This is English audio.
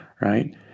right